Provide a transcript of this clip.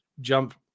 jump